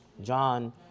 John